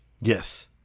Yes